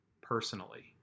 personally